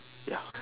ya